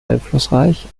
einflussreich